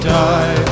die